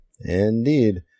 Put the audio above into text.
Indeed